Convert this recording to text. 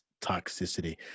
toxicity